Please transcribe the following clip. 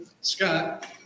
Scott